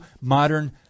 modern